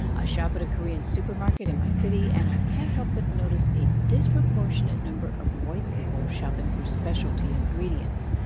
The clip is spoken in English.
i shop at a korean supermarket in my city, and i can't help but notice a disproportionate number of white people shopping for specialty ingredients.